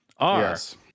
Yes